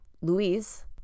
Louise